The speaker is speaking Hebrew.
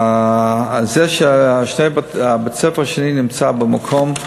זה שבית-הספר השני נמצא במקום,